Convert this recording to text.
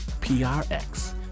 PRX